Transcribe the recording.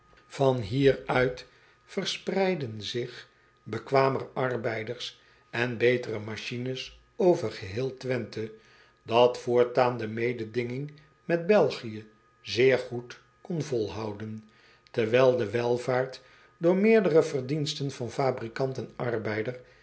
an hier uit verspreidden zich bekwamer arbeiders en betere machines over geheel wenthe dat voortaan de mededinging met elgië zeer goed kon volhouden terwijl de welvaart door meerdere verdiensten van fabrikant en arbeider